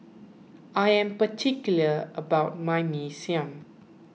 I am particular about my Mee Siam